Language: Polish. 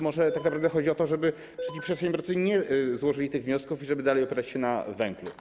Czy może tak naprawdę chodzi o to, żeby przyszli przedsiębiorcy nie złożyli tych wniosków i żeby dalej opierać się na węglu?